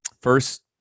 first